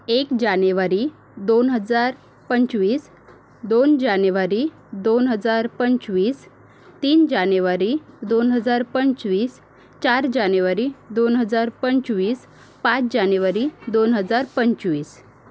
एक जानेवारी दोन हजार पंचवीस दोन जानेवारी दोन हजार पंचवीस तीन जानेवारी दोन हजार पंचवीस चार जानेवारी दोन हजार पंचवीस पाच जानेवारी दोन हजार पंचवीस